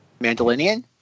Mandalorian